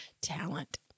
talent